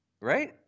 Right